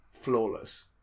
flawless